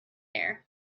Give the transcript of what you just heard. air